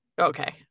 Okay